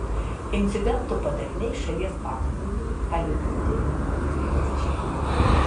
incidentų padariniai šalies paplūdimiui gali būti katastrofiški